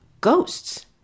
ghosts